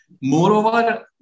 moreover